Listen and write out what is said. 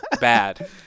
bad